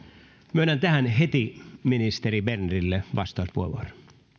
myönnän tähän heti ministeri bernerille vastauspuheenvuoron